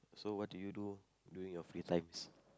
so what do you do during your free times